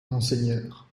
monseigneur